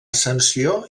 ascensió